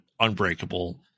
unbreakable